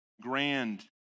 grand